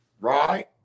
Right